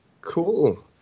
cool